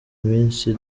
minsi